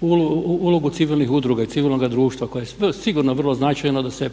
ulogu civilnih udruga i civilnoga društva koje je sigurno vrlo značajno da se